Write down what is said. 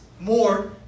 more